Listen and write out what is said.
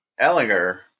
Ellinger